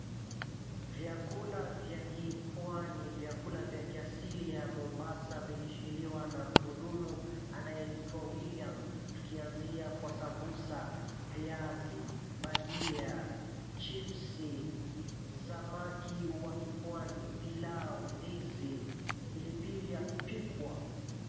Vyakula vya ki Pwani, vyakula vya kiasili ya Mombasa vikishikiliwa na muhudumu anayeitwa William. Tukianzia kwa sambusa, viazi, bhajia, chipsi, samaki wa ki Pwani, pilau, ndizi, pilipili ya kupikwa.